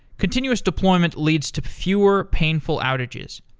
continuous deployment leads to fewer painful outages.